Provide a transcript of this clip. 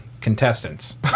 Contestants